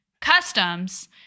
customs